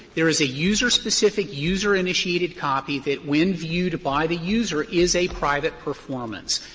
there is a user-specific, user-initiated copy that when viewed by the user is a private performance.